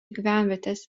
gyvenvietės